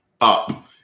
up